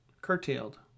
Curtailed